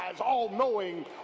all-knowing